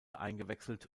eingewechselt